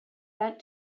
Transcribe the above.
bent